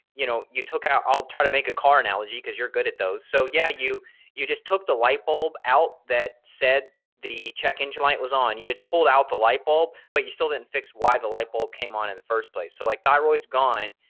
you know, you took out, i'll try to make a car analogy cause you're good at those. so, yeah, you you just took the light bulb out that said the check and the light was on, you just pulled out the light bulb but you still didn't fix why the light bulb came on in the first place. so, like thyroid's gone,